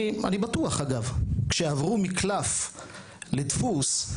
אני בטוח, אגב, כשעברו מקלף לדפוס,